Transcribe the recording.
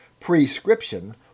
Prescription